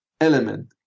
element